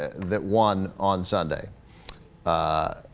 that one on sunday ah.